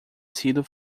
sido